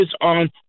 on